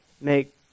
make